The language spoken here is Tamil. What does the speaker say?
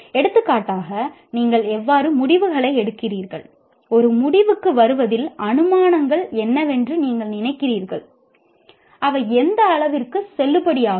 எடுத்துக்காட்டாக நீங்கள் எவ்வாறு முடிவுகளை எடுக்கிறீர்கள் ஒரு முடிவுக்கு வருவதில் அனுமானங்கள் என்னவென்று நீங்கள் நினைக்கிறீர்கள் அவை எந்த அளவிற்கு செல்லுபடியாகும்